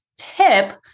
tip